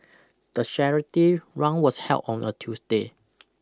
the charity rung was held on a Tuesday